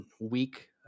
week